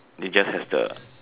they just has the